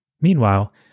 Meanwhile